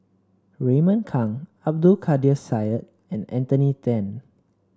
Raymond Kang Abdul Kadir Syed and Anthony Then